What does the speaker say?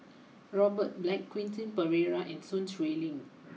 Robert Black Quentin Pereira and Sun Xueling